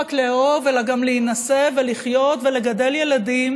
רק לאהוב אלא גם להינשא ולחיות ולגדל ילדים,